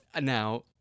now